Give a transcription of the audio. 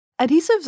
Adhesives